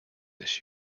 this